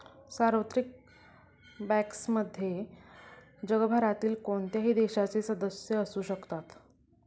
सार्वत्रिक बँक्समध्ये जगभरातील कोणत्याही देशाचे सदस्य असू शकतात